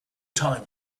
time